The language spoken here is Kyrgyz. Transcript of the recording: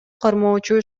кармоочу